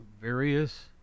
various